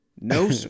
No